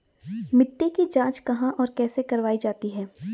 मिट्टी की जाँच कहाँ और कैसे करवायी जाती है?